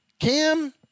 Cam